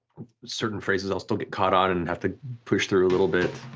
certain phases i'll still get caught on and and have to push through a little bit.